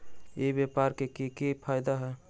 ई व्यापार के की की फायदा है?